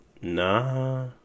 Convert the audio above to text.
nah